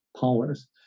powers